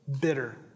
bitter